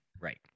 Right